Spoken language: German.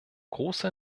große